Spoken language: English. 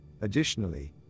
Additionally